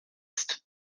ist